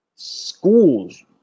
schools